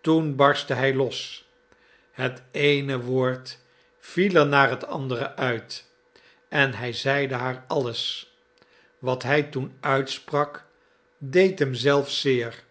toen barstte hij los het eene woord viel er na het andere uit en hij zeide haar alles wat hij toen uitsprak deed hem zelf zeer